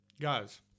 guys